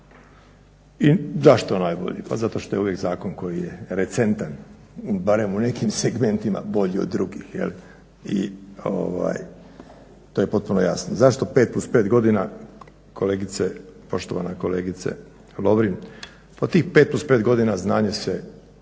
Zašto najbolji, pa zato što je uvijek zakon koji je recentan, barem u nekim segmentima bolji od drugih i to je potpuno jasno. Zašto pet plus pet godina, poštovana kolegice Lovrin, pa tih pet plus pet godina znanje se